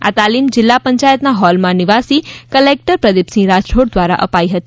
આ તાલીમ જીલ્લા પંચાયતના હોલમાં નિવાસી કલેકટર પ્રદિપસિંહ રાઠોડ દ્વારા અપાઇ હતી